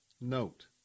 note